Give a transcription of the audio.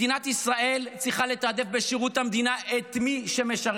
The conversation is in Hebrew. מדינת ישראל צריכה לתעדף בשירות המדינה את מי שמשרת.